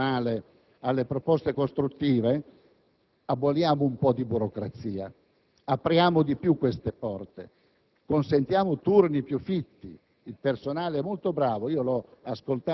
dalla protesta banale, alle proposte costruttive, aboliamo un po' di burocrazia, apriamo di più queste porte, consentiamo turni più fitti.